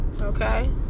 okay